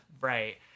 Right